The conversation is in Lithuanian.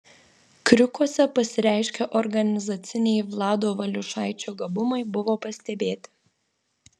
kriukuose pasireiškę organizaciniai vlado valiušaičio gabumai buvo pastebėti